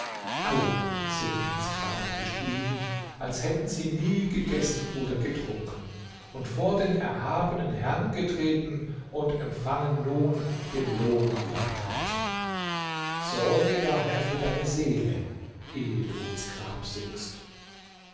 alle sind ins grab gestiegen als hätten sie nie gegessen oder getrunken und vor den erhabenen herrn getreten und empfangen nun den lohn ihrer taten sorge daher für deine seele ehe du ins grab sinkst